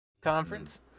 conference